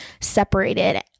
separated